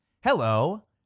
Hello